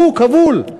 הוא כבול.